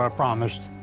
ah promised.